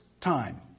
time